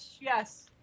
yes